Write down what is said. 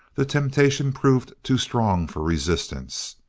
the temptation proved too strong for resistance.